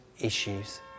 issues